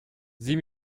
sieh